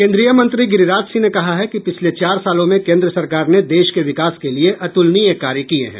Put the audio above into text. केन्द्रीय मंत्री गिरिराज सिंह ने कहा है कि पिछले चार सालों में केन्द्र सरकार ने देश के विकास के लिए अतुलनीय कार्य किये हैं